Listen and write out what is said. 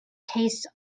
tastes